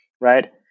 Right